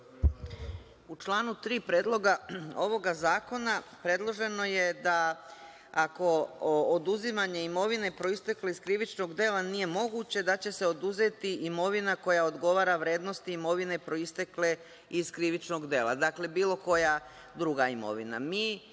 U članu 3. Predloga zakona predloženo je da ako oduzimanje imovine proistekle iz krivičnog dela nije moguće, da će se oduzeti imovina koja odgovara vrednosti imovine proistekle iz krivičnog dela, dakle bilo koja druga imovina. Mi,